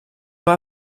pas